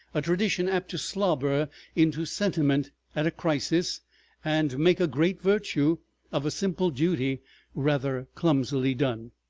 a tradition apt to slobber into sentiment at a crisis and make a great virtue of a simple duty rather clumsily done.